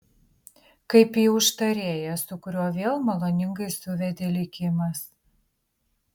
kaip į užtarėją su kuriuo vėl maloningai suvedė likimas